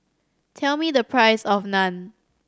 tell me the price of Naan